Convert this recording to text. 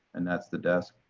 and that's the desk.